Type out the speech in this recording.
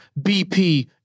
BP